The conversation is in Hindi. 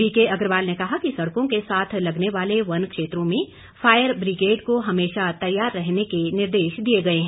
बीके अग्रवाल ने कहा कि सड़कों के साथ लगने वाले वन क्षेत्रों में फायर बिग्रेड को हमेशा तैयार रहने के निर्देश दिए गए हैं